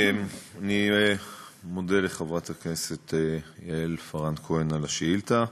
אני מודה לחברת הכנסת יעל כהן-פארן על השאילתה.